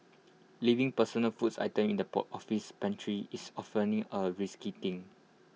leaving personal foods items in the office pantry is A risky thing